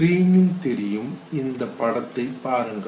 ஸ்கிரீனில் தெரியும் அந்த படத்தை பாருங்கள்